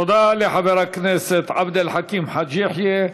תודה לחבר הכנסת עבד אל חכים חאג' יחיא.